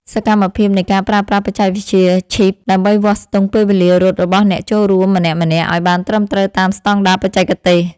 សកម្មភាពនៃការប្រើប្រាស់បច្ចេកវិទ្យាឈីប ដើម្បីវាស់ស្ទង់ពេលវេលារត់របស់អ្នកចូលរួមម្នាក់ៗឱ្យបានត្រឹមត្រូវតាមស្ដង់ដារបច្ចេកទេស។